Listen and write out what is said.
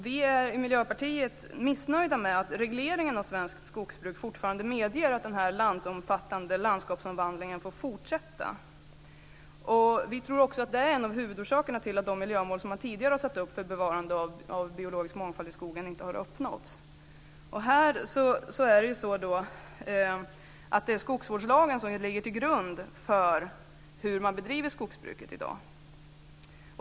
Vi i Miljöpartiet är missnöjda med att regleringen av skogsbruk fortfarande medger att den landsomfattande landskapsomvandlingen får fortsätta. Vi tror att det är en av huvudorsakerna till att de miljömål som tidigare har satts upp för bevarande av biologisk mångfald i skogen inte har uppnåtts. Det är skogsvårdslagen som ligger till grund för hur man bedriver skogsbruket i dag.